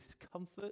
discomfort